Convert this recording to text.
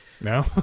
No